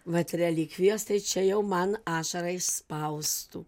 vat relikvijos tai čia jau man ašarą išspaustų